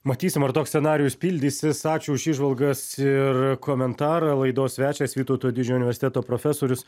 matysim ar toks scenarijus pildysis ačiū už įžvalgas ir komentarą laidos svečias vytauto didžiojo universiteto profesorius